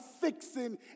fixing